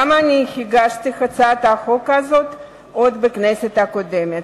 גם אני הגשתי הצעת חוק כזאת עוד בכנסת הקודמת.